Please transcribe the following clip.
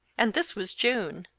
and this was june!